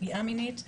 פגיעה מינית,